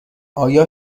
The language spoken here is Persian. آیا